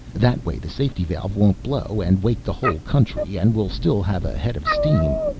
that way the safety valve won't blow and wake the whole country and we'll still have a head of steam.